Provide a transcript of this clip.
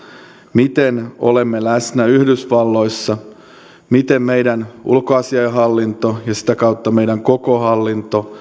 miten olemme läsnä yhdysvalloissa miten meidän ulkoasiainhallinto ja sitä kautta meidän koko hallinto